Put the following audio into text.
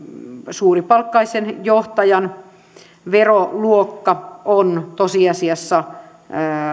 suuripalkkaisen johtajan veroluokka on tosiasiassa